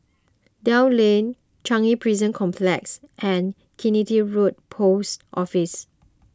Dell Lane Changi Prison Complex and Killiney Road Post Office